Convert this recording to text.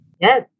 Yes